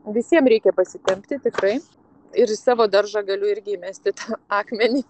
visiem reikia pasitempti tikrai ir į savo daržą galiu irgi įmesti akmenį